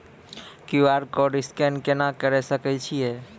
QR code scan केना करै सकय छियै?